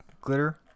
glitter